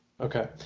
Okay